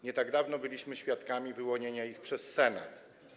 Nie tak dawno byliśmy świadkami wyłonienia ich przez Senat.